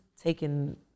taking